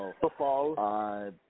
Football